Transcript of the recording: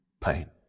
pain